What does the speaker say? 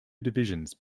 divisions